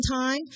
time